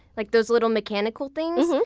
like those little mechanical things,